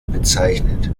bezeichnet